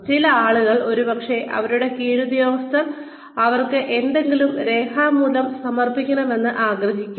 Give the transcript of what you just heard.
ചില ആളുകൾ ഒരുപക്ഷേ അവരുടെ കീഴുദ്യോഗസ്ഥർ അവർക്ക് എന്തെങ്കിലും രേഖാമൂലം സമർപ്പിക്കണമെന്ന് ആഗ്രഹിക്കും